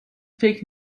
فکر